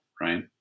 right